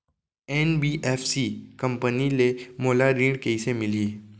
NBFC company ले मोला ऋण कइसे मिलही?